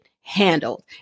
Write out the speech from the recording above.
handled